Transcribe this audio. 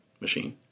machine